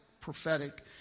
prophetic